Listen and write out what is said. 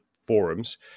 forums